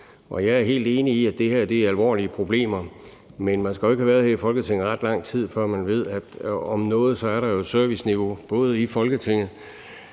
Og jeg er helt enig i, at det her er alvorlige problemer, men man skal jo ikke have været i Folketinget i ret lang tid, før man ved, at der om noget er et serviceniveau både i Folketinget,